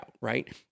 right